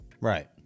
right